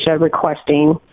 requesting